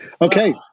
Okay